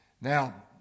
Now